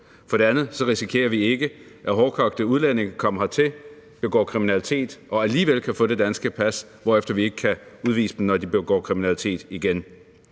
For det andet risikerer vi ikke, at hårdkogte udlændinge kan komme hertil, begå kriminalitet og alligevel få det danske pas, hvorefter vi ikke kan udvise dem, når de begår kriminalitet igen.